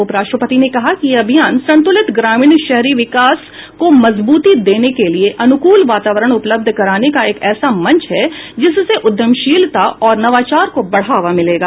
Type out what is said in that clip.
उपराष्ट्रपति ने कहा कि यह अभियान संतुलित ग्रामीण शहरी विकास को मजबूती देने के लिए अनुकूल वातावरण उपलब्ध कराने का ऐसा मंच है जिससे उद्यमशीलता और नवाचार को बढ़ावा मिलेगा